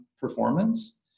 performance